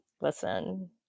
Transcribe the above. Listen